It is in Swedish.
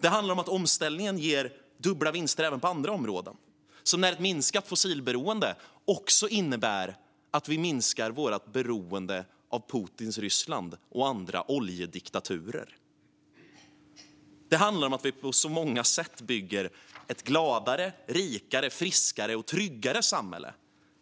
Det handlar om att omställningen ger dubbla vinster även på andra områden, som när ett minskat fossilberoende också innebär att vi minskar vårt energiberoende av Putins Ryssland och andra oljediktaturer. Det handlar om att vi på många sätt bygger ett gladare, rikare, friskare och tryggare samhälle